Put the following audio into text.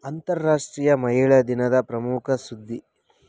ಅಂತಾರಾಷ್ಟ್ರೀಯ ಮಹಿಳಾ ದಿನದ ಪ್ರಮುಖ ಸುದ್ದಿ